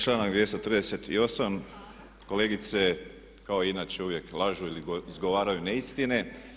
Članak 238. kolegice kao i inače uvijek lažu ili izgovaraju neistine.